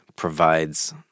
provides